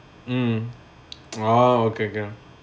mm orh okay okay can